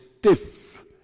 stiff